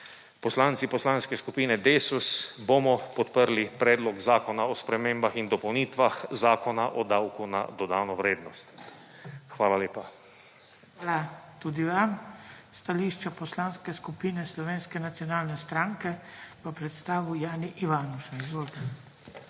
Poslanci Poslanske skupine Desus bomo podprli predlog zakona o spremembah in dopolnitvah zakona o davku na dodano vrednost. Hvala lepa. **PODPREDSEDNIK BRANKO SIMONOVIČ:** Hvala tudi vam. Stališče Poslanske skupine Slovenske nacionalne stranke bo predstavil Jani Ivanuša. Izvolite.